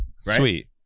Sweet